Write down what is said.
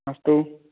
अस्तु